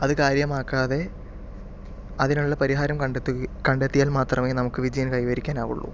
അത് കാര്യമാക്കാതെ അതിനുള്ള പരിഹാരം കണ്ടെത്തുകയും കണ്ടെത്തിയാൽ മാത്രമേ നമുക്ക് വിജയം കൈവരിക്കാൻ ആവുള്ളു